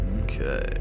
Okay